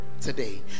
today